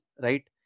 right